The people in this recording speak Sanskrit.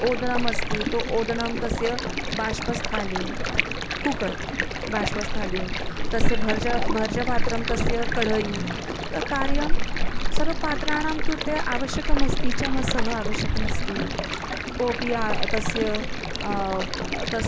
ओदनमस्ति तु ओदनं तस्य बाष्पस्थालीं कुकर् बाष्पस्थालीं तस्य भर्ज भर्जपात्रं तस्य कड्वयी त कार्यं सर्वपात्राणां कृते आवश्यकमस्ति चमसः आवश्यकमस्ति कोपि तस्य तस्य